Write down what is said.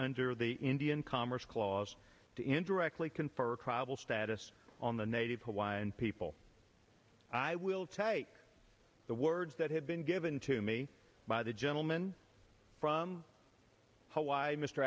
under the indian commerce clause to indirectly confer well status on the native hawaiian people i will take the words that have been given to me by the gentleman from hawaii m